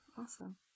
awesome